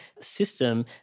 system